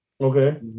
Okay